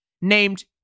named